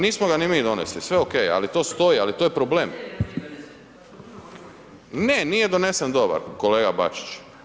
Nismo ga ni mi donesli, sve ok, ali to stoji, ali to je problem … [[Upadica: Ne razumije se.]] ne nije donesen dobar kolega Bačić.